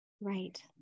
Right